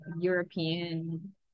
European